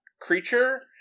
creature